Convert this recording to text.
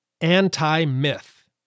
anti-myth